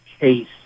case